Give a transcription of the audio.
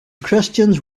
christians